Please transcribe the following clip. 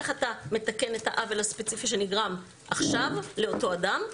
איך אתה מתקן את העוול הספציפי שנגרם עכשיו לאותו אדם,